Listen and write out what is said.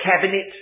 Cabinet